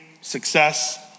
success